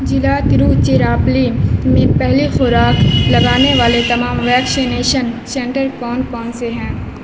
ضلع تروچیراپلی میں پہلی خوراک لگانے والے تمام ویکسینیشن سینٹر کون کون سے ہیں